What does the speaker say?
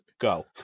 Go